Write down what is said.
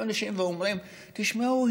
אנשים אומרים: תשמעו,